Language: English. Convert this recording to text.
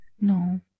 No